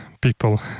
people